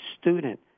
student